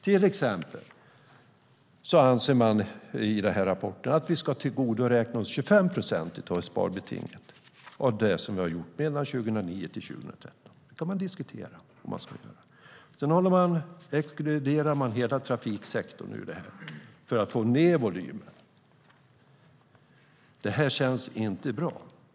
Till exempel anser man i rapporten att vi ska tillgodoräkna oss 25 procent av sparbetinget för det vi har gjort mellan 2009 och 2013. Det kan man diskutera om vi ska göra. Man exkluderar dessutom hela trafiksektorn för att få ned volymen. Det känns inte bra.